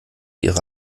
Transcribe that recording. ihre